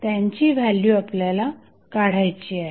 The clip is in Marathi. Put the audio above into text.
त्यांची व्हॅल्यू आपल्याला काढायची आहे